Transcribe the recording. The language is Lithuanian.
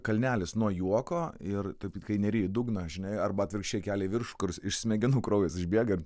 kalnelis nuo juoko ir tu kai neri į dugną žinai arba atvirkščiai kelia į viršų kur iš smegenų kraujas išbėga